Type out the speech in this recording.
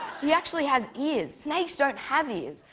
he actually has ears. snakes don't have ears.